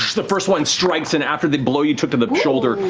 the first one strikes and after the blow you took to the shoulder,